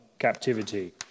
captivity